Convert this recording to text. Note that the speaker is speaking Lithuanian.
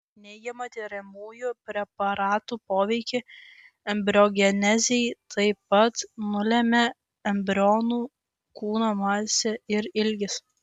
neigiamą tiriamųjų preparatų poveikį embriogenezei taip pat nulemia embrionų kūno masė ir ilgis